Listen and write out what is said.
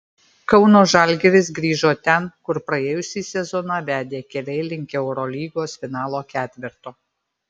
kauno žalgiris grįžo ten kur praėjusį sezoną vedė keliai link eurolygos finalo ketverto